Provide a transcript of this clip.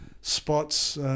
spots